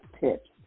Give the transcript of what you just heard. tips